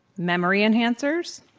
memory enhancers.